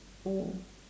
mm